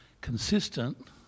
consistent